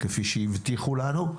כפי שהבטיחו לנו.